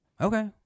Okay